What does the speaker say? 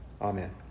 Amen